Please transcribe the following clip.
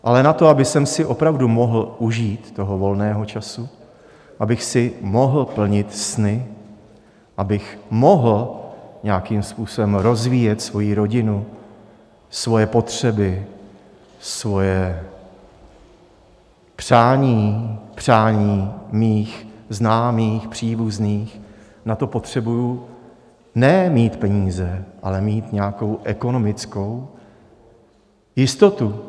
Ale na to, abych si opravdu mohl užít toho volného času, abych si mohl plnit sny, abych mohl nějakým způsobem rozvíjet svoji rodinu, svoje potřeby, svá přání, přání mých známých, příbuzných, na to potřebuji ne mít peníze, ale mít nějakou ekonomickou jistotu.